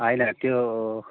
होइन त्यो